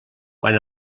quan